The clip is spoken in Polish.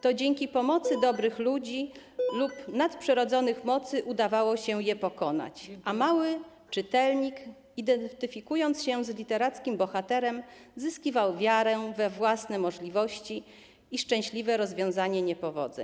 to dzięki pomocy dobrych ludzi lub nadprzyrodzonych mocy udawało się je pokonać, a mały czytelnik, identyfikując się z literackim bohaterem, zyskiwał wiarę we własne możliwości i szczęśliwe rozwiązanie niepowodzeń.